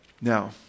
Now